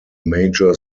major